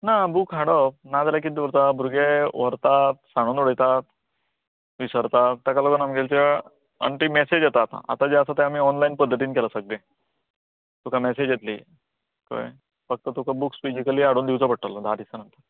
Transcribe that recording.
ना बूक हाडप नाजाल्यार कितें दवरता भुरगे व्हरता सांडून उडयता विसरता तेका लागोन आमगेलें त्या आनी ती मेसेज येता आतां आतां जे आसा तें आमी ऑनलायन पध्दतीन केलां सगलें तुका मेसेज येतली कळ्ळें फक्त तुका बूक फिजीकली हाडून दिवचो पडटलो धा दिसान